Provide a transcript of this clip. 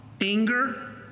anger